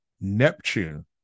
neptune